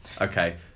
okay